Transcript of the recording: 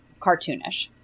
cartoonish